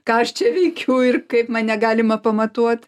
ką aš čia veikiu ir kaip man negalima pamatuot